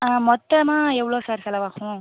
மொத்தமாக எவ்வளோ சார் செலவாகும்